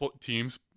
teams